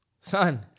Son